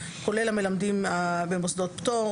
כולל המלמדים במוסדות פטור,